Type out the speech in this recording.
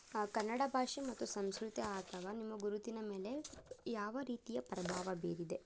ಕನ್ನಡ ಭಾಷೆ ಮತ್ತು ಸಂಸ್ಕೃತಿ ಅಥವಾ ನಿಮ್ಮ ಗುರುತಿನ ಮೇಲೆ ಯಾವ ರೀತಿಯ ಪ್ರಭಾವ ಬೀರಿದೆ